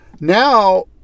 now